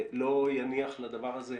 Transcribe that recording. לא יניחו לדבר הזה,